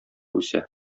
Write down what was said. үсә